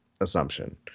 assumption